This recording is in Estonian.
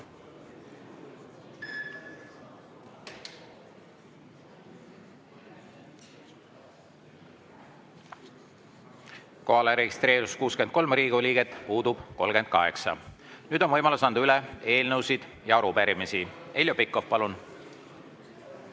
registreerus 63 Riigikogu liiget, puudub 38. Nüüd on võimalus anda üle eelnõusid ja arupärimisi. Heljo Pikhof, palun!